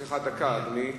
יש לך דקה, אדוני.